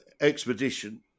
expedition